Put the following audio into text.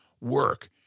work